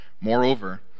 Moreover